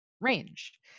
range